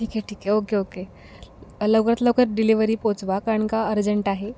ठीक आहे ठीक आहे ओके ओके लवकरात लवकर डिलिवरी पोचवा कारण का अर्जंट आहे